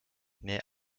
near